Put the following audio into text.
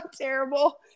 terrible